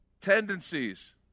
tendencies